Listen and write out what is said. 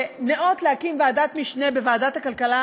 שניאות להקים ועדת משנה בוועדת הכלכלה,